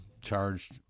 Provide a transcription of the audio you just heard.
charged